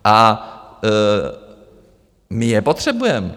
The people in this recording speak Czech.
A my je potřebujeme.